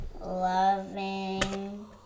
loving